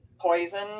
poison